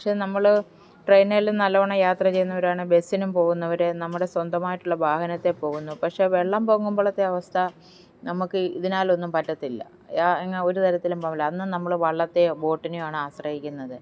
പക്ഷെ നമ്മള് ട്രെയിനേല് നല്ലോണം യാത്ര ചെയ്യുന്നവരാണ് ബസ്സിനും പോകുന്നവര് നമ്മുടെ സ്വന്തമായിട്ടുള്ള വാഹനത്തെ പോകുന്നു പക്ഷെ വെള്ളം പൊങ്ങുമ്പോഴത്തെ അവസ്ഥ നമുക്ക് ഇതിനാലൊന്നും പറ്റത്തില്ല ഒരു തരത്തിലും പോവില്ല അന്ന് നമ്മള് വള്ളത്തെയോ ബോട്ടിനെയോ ആണ് ആശ്രയിക്കുന്നത്